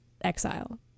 Exile